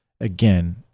again